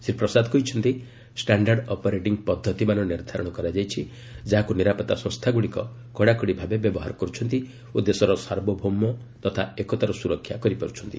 ଶ୍ରୀ ପ୍ରସାଦ କହିଛନ୍ତି standard operating ପଦ୍ଧତିମାନ ନିର୍ଦ୍ଧାରଣ କରାଯାଇଛି ଯାହାକୁ ନିରାପତ୍ତା ସଂସ୍ଥାଗୁଡ଼ିକ କଡ଼ାକଡ଼ି ଭାବେ ବ୍ୟବହାର କରୁଛନ୍ତି ଓ ଦେଶର ସାର୍ବଭୌମ୍ୟ ତଥା ଏକତାର ସୁରକ୍ଷା କରିପାରୁଛନ୍ତି